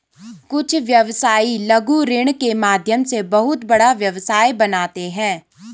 कुछ व्यवसायी लघु ऋण के माध्यम से बहुत बड़ा व्यवसाय बनाते हैं